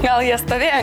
gal jie stovėjo